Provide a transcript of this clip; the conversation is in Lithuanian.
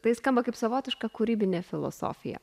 tai skamba kaip savotiška kūrybinė filosofija